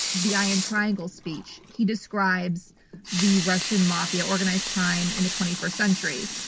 the iron triangle speech, he describes the russian mafia organized crime in the twenty first century,